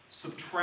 Subtract